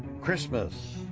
Christmas